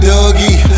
Dougie